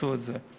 עשו את זה.